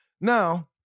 Now